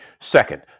Second